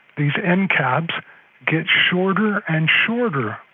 these end caps get shorter and shorter.